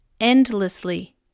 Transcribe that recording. Endlessly